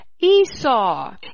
Esau